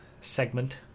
segment